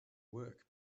work